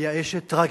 מייאשת, טרגית,